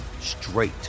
straight